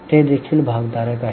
ते देखील भागधारक आहेत